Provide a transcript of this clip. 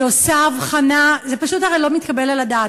שעושה הבחנה, הרי זה פשוט לא מתקבל על הדעת.